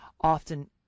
often